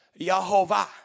Yahovah